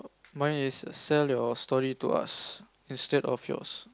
mine is sell your story to us instead of yours